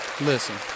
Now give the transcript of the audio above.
Listen